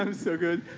um so good.